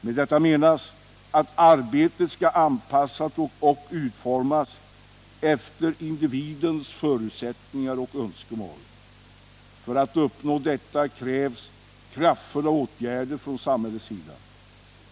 Med detta menas att arbetet skall anpassas och utformas efter individens förutsättningar och önskemål. För att uppnå detta krävs kraftfulla åtgärder från samhällets sida.